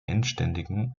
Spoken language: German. endständigen